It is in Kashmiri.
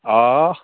آ